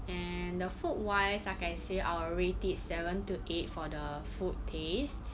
and the food wise like I said I would rate it seven to eight for the food taste